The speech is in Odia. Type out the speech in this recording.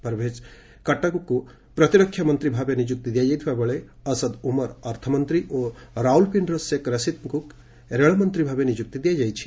ପରଭୈଜ୍ ଖଟ୍ଟକ୍ଙ୍କୁ ପ୍ରତିରକ୍ଷା ମନ୍ତ୍ରୀ ଭାବେ ନିଯୁକ୍ତି ଦିଆଯାଇଥିଲାବେଳେ ଅସଦ୍ ଉମର୍ ଅର୍ଥମନ୍ତ୍ରୀ ଓ ରାଓଲ୍ପିଣ୍ଡିର ଶେଖ୍ ରସିଦ୍ଙ୍କୁ ରେଳ ମନ୍ତ୍ରୀ ଭାବେ ନିଯୁକ୍ତି ଦିଆଯାଇଛି